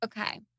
Okay